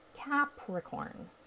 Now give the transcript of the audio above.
Capricorn